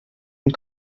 une